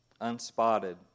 unspotted